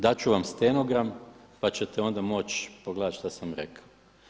Dat ću vam stenogram pa ćete onda moći pogledati što sam rekao.